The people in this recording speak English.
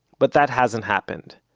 but that hasn't happened.